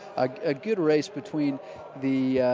a good race between the